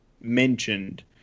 mentioned